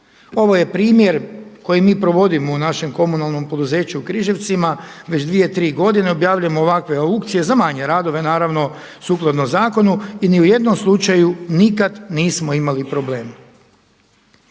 Ovo je primjer koji mi provodimo u našem Komunalnom poduzeću u Križevcima već dvije, tri godine. Objavljujemo ovakve aukcije za manje radove, naravno sukladno zakonu. I u ni jednom slučaju nikad nismo imali problema.